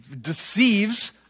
deceives